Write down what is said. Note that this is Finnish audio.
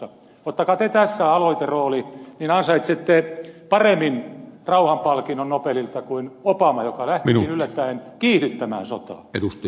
ottakaa te tässä aloiterooli niin ansaitsette paremmin rauhanpalkinnon nobelilta kuin obama joka lähtikin yllättäen kiihdyttämään sotaa